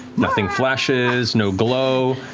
nothing flashes, no glow,